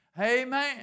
Amen